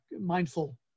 mindful